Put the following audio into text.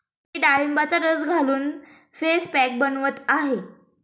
मी डाळिंबाचा रस घालून फेस पॅक बनवत आहे